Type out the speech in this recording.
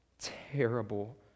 terrible